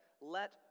let